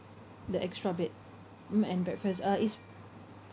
the extra bed mm and breakfast uh is